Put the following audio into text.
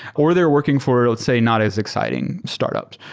or they're working for, let's say, not as exciting startups.